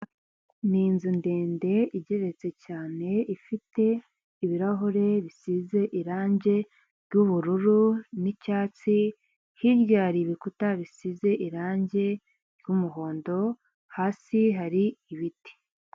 Ni nzu ndende igeretse cyane, ifite ibirahure bisize irange ry'ubururu n''icyatsi, hirya hari ibikuta bisize irange ry'umuhondo, hasi hari ibiti.